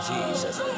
Jesus